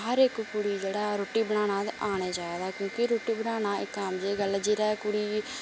हर इक कुड़ी जेहड़ा ऐ ओह् रुट्टी बनाना ते आना चाहिदा क्योकि रुट्टी बनाना इक आम जेही गल्ल ऐ जिसलै कुड़ी गी